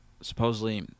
supposedly